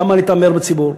למה להתעמר בציבור?